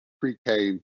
pre-K